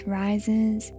rises